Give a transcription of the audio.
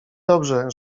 dobrze